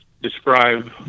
describe